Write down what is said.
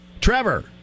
trevor